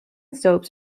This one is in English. soaps